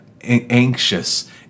anxious